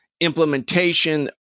Implementation